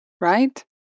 right